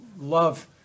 love